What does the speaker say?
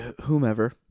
Whomever